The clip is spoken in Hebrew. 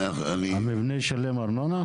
המבנה ישלם ארנונה?